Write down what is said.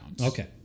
Okay